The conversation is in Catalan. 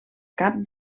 cap